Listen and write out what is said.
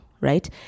right